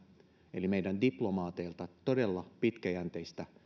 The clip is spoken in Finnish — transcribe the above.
eli meidän diplomaateilta todella pitkäjänteistä